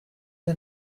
the